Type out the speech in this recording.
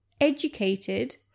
Educated